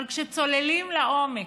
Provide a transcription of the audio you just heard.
אבל כשצוללים לעומק,